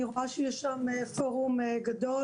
אני רואה שיש שם פורום גדול.